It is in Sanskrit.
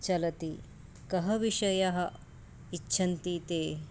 चलति कः विषयः इच्छन्ति ते